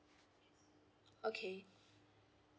okay